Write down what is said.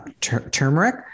Turmeric